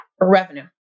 revenue